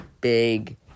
big